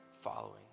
following